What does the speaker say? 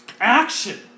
Action